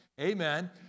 amen